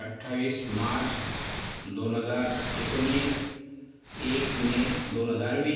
अठ्ठावीस मार्च दोन हजार एकोणीस एक मे दोन हजार वीस